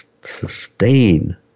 sustain